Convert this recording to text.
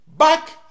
back